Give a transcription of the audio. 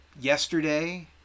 Yesterday